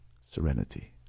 serenity